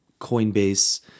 Coinbase